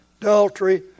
adultery